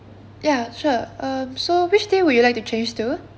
ya sure um so which day would you like to change to